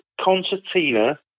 concertina